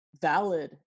valid